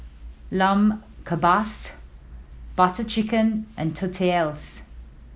Lamb Kebabs Butter Chicken and Tortillas